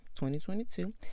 2022